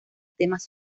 temas